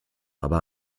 aber